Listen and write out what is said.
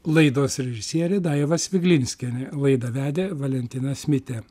laidos režisierė daiva sviglinskienė laidą vedė valentinas mitė